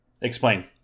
Explain